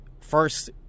first